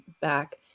back